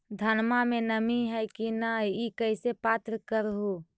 धनमा मे नमी है की न ई कैसे पात्र कर हू?